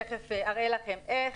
ותכף אראה לכם איך.